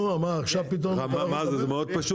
בלי הפטיש